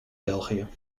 belgië